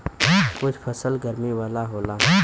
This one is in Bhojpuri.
कुछ फसल गरमी वाला होला